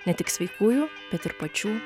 ne tik sveikųjų bet ir pačių